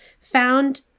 found